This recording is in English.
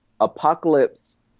Apocalypse